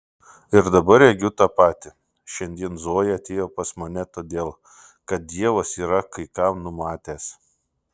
ir dabar regiu tą patį šiandien zoja atėjo pas mane todėl kad dievas yra kai ką numatęs